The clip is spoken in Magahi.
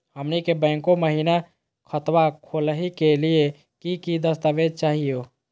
हमनी के बैंको महिना खतवा खोलही के लिए कि कि दस्तावेज चाहीयो?